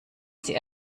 die